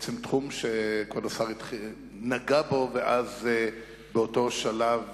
בעצם תחום שכבוד השר נגע בו ובאותו שלב